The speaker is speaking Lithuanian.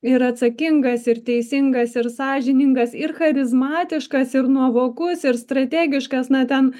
ir atsakingas ir teisingas ir sąžiningas ir charizmatiškas ir nuovokus ir strategiškas na ten